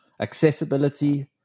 accessibility